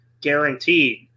guaranteed